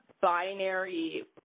binary –